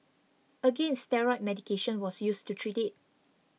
again steroid medication was used to treat it